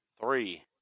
Three